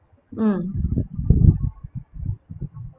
mm